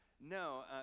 no